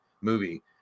movie